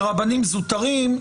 לרבנים זוטרים,